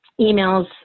emails